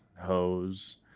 hose